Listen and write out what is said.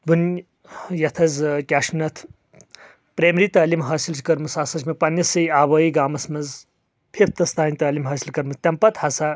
ونۍ یتھ حظ کیاہ چھِ ونان اتھ پرایمری تعلیٖم حٲصِل چھِ کٔرمٕژ سۄ ہسا چھِ مےٚ پننسے آبٲیی گامَس منٛز ففتس تام تعلیٖم حٲصل کٔرمٕژ تمہِ پتہٕ ہسا